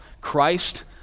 Christ